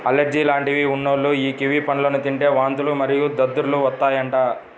allergy లాంటివి ఉన్నోల్లు యీ కివి పండ్లను తింటే వాంతులు మరియు దద్దుర్లు వత్తాయంట